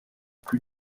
plus